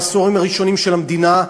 בעשורים הראשונים של המדינה,